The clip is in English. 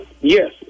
Yes